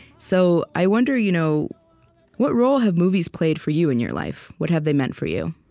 so i wonder, you know what role have movies played for you in your life? what have they meant for you?